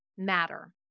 Matter